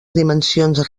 dimensions